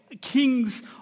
Kings